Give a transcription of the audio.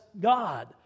God